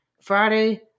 Friday